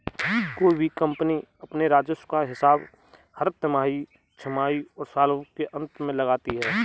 कोई भी कम्पनी अपने राजस्व का हिसाब हर तिमाही, छमाही और साल के अंत में लगाती है